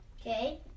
Okay